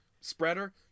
spreader